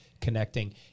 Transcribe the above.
connecting